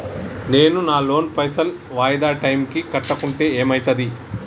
నేను నా లోన్ పైసల్ వాయిదా టైం కి కట్టకుంటే ఏమైతది?